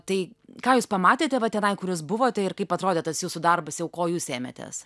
tai ką jūs pamatėte va tenai kur jūs buvote ir kaip atrodė tas jūsų darbas jau ko jūs ėmėtės